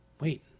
Wait